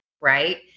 right